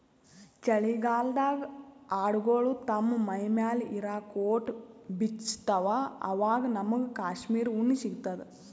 ಚಳಿಗಾಲ್ಡಾಗ್ ಆಡ್ಗೊಳು ತಮ್ಮ್ ಮೈಮ್ಯಾಲ್ ಇರಾ ಕೋಟ್ ಬಿಚ್ಚತ್ತ್ವಆವಾಗ್ ನಮ್ಮಗ್ ಕಾಶ್ಮೀರ್ ಉಣ್ಣಿ ಸಿಗ್ತದ